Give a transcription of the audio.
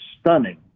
stunning